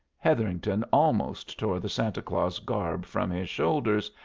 hetherington almost tore the santa claus garb from his shoulders,